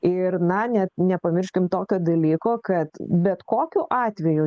ir na ne nepamirškim tokio dalyko kad bet kokiu atveju